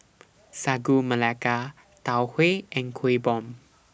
Sagu Melaka Tau Huay and Kueh Bom